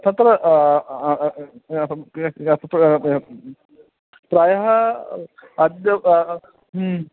तत्र प्रायः अद्य